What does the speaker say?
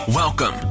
Welcome